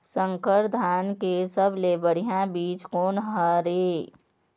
संकर धान के सबले बढ़िया बीज कोन हर ये?